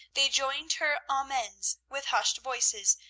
they joined her amens with hushed voices,